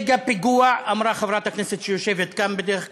מגה-פיגוע, אמרה חברת הכנסת שיושבת כאן בדרך כלל.